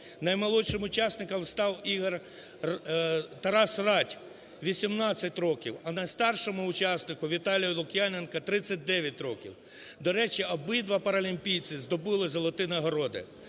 Наймолодшим учасником став Тарас Радь (18 років), а найстаршому учаснику Віталію Лук'яненку 39 років. До речі, обидва паралімпійців здобули золоті нагороди.